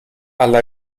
alla